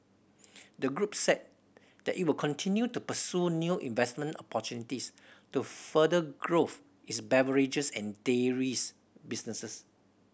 the group said that it will continue to pursue new investment opportunities to further growth its beverages and dairies businesses